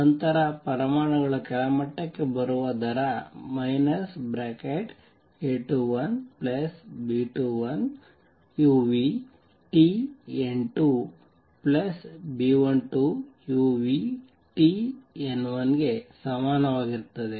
ನಂತರ ಪರಮಾಣುಗಳು ಕೆಳಮಟ್ಟಕ್ಕೆ ಬರುವ ದರ A21B21uTN2B12uTN1 ಗೆ ಸಮಾನವಾಗಿರುತ್ತದೆ